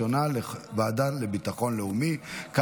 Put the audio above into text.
לוועדה לביטחון לאומי להכנה לקריאה ראשונה.